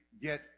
get